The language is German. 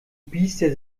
biester